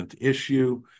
issue